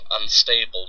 unstable